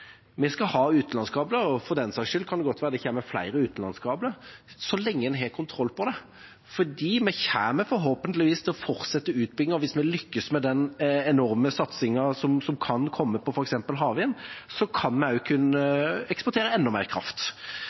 Vi skal ha utenlandskabler, og for den saks skyld kan det godt være at det kommer flere utenlandskabler, så lenge en har kontroll på det. For vi kommer forhåpentligvis til å fortsette utbyggingen, og hvis vi lykkes med den enorme satsingen som kan komme på f.eks. havvind, vil vi også kunne eksportere enda mer kraft.